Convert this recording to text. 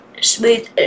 smooth